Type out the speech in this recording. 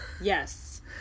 Yes